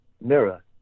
mirror